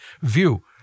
view